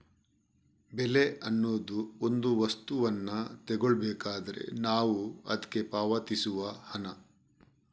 ಬೆಲೆ ಅನ್ನುದು ಒಂದು ವಸ್ತುವನ್ನ ತಗೊಳ್ಬೇಕಾದ್ರೆ ನಾವು ಅದ್ಕೆ ಪಾವತಿಸುವ ಹಣ